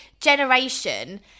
generation